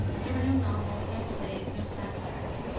there were no novels, no plays, no satires,